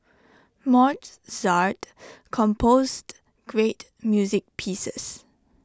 Mozart composed great music pieces